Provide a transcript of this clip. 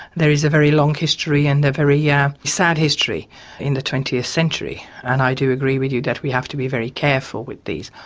there is a very long history and a very yeah sad history in the twentieth century, and i do agree with you that we have to be very careful with these,